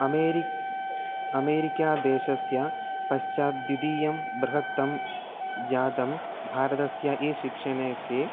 अमेरि अमेरिक्यादेशस्य पश्चाद् द्वितीयं बृहत् जातं भारतस्य ई शिक्षणे विषये